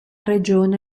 regione